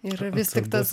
ir vis tik tas